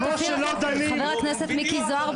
חבר הכנסת מיקי זוהר,